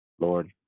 Lord